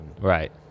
Right